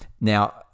Now